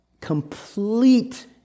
complete